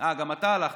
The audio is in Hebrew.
אה, גם אתה הלכת.